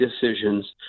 decisions